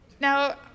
Now